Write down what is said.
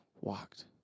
walked